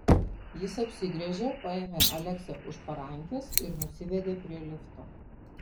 jis apsigręžė paėmė aleksę už parankės ir nusivedė prie lifto